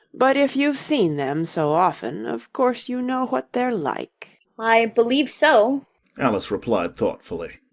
but if you've seen them so often, of course you know what they're like i believe so alice replied thoughtfully.